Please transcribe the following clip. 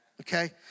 Okay